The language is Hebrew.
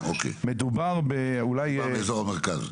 אולי -- מדובר באזור המרכז.